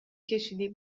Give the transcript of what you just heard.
کشیدی